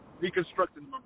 reconstructing